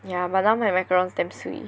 ya but now my macarons damn swee